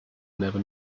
never